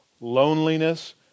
Loneliness